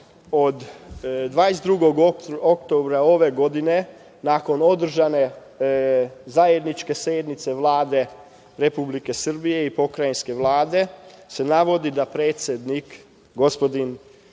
od 22. oktobra ove godine, nakon održane zajedničke sednice Vlade Republike Srbije i pokrajinske Vlade, se navodi da predsednik Vlade, gospodin